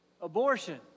abortion